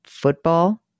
football